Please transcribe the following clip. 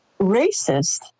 racist